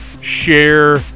share